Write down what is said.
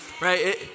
Right